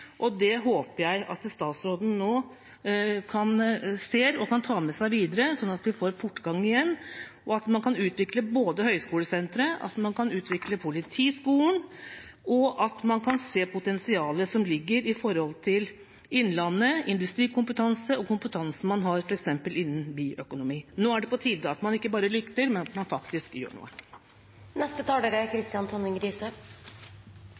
og det håper jeg at statsråden ser og kan ta med seg videre, slik at man igjen får fortgang, og at man kan utvikle høgskolesenteret, at man kan utvikle Politihøgskolen og at man kan se potensialet som ligger i innlandet, industrikompetanse og kompetansen man har f.eks. innen byøkonomi. Nå er det på tide at man ikke bare lytter, men at man faktisk gjør noe. Jeg vil først takke representanten Enger Mehl for å løfte et viktig tema. Kongsvinger-regionen er